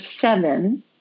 seven